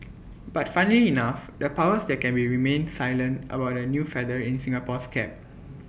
but funnily enough the powers that can be remained silent about the new feather in Singapore's cap